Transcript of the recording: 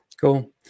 Cool